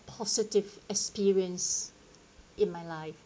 positive experience in my life